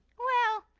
well,